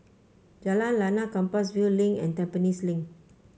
Jalan Lana Compassvale Link and Tampines Link